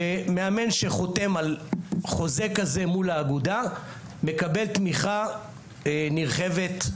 ומאמן שחותם על חוזה כזה מול האגודה מקבל תמיכה נרחבת מול המועדון.